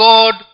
God